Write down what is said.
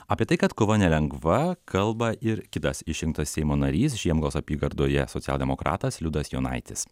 apie tai kad kova nelengva kalba ir kitas išrinkto seimo narys žiemgalos apygardoje socialdemokratas liudas jonaitis